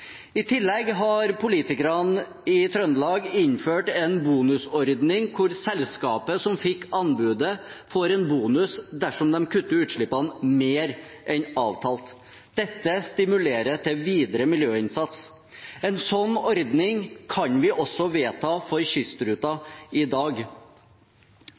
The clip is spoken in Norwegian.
I tillegg har politikerne i Trøndelag innført en bonusordning hvor selskapet som fikk anbudet, får en bonus dersom de kutter utslippene mer enn avtalt. Dette stimulerer til videre miljøinnsats. En slik ordning kan vi også vedta for kystruta i dag.